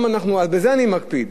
בזה אני מקפיד.